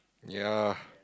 ya